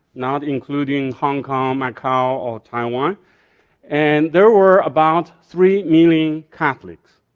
not including hong kong, macao, or taiwan and there were about three million catholics,